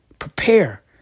prepare